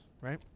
right